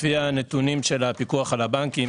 לפי הנתונים של הפיקוח על הבנקים,